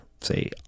say